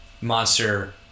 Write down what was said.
monster